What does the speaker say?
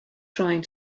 trying